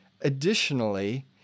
additionally